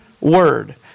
word